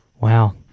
Wow